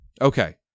Okay